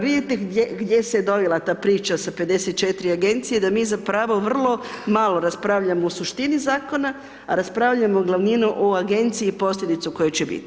Vidite gdje se dovela ta priča sa 54 Agencije da mi zapravo vrlo malo raspravljamo o suštini Zakona, a raspravljamo glavninu o Agenciji i posljedicu koja će biti.